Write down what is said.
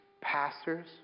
pastors